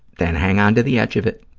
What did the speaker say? then hang on to the edge of it.